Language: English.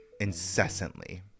Incessantly